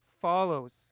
follows